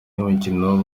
y’umukino